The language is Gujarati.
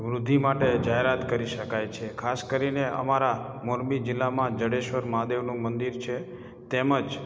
વૃદ્ધિ માટે જાહેરાત કરી શકાય છે ખાસ કરીને અમારા મોરબી જિલ્લામાં જાડેશ્વર મહાદેવનું મંદિર છે તેમજ